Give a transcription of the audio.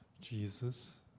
Jesus